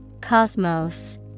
Cosmos